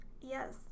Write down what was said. Yes